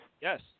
Yes